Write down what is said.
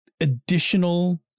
additional